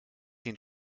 den